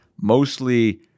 mostly